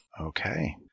Okay